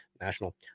national